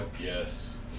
Yes